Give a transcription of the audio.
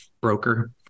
broker